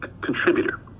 contributor